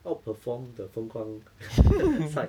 out perform the feng kuang side